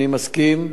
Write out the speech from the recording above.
אני מסכים.